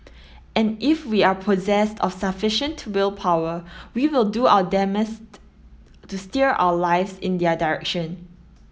and if we are possessed of sufficient willpower we will do our to steer our lives in their direction